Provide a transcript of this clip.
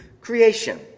creation